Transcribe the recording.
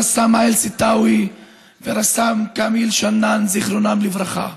רס"מ האיל סתאוי ורס"מ כמיל שנאן זיכרונם לברכה,